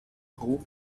roh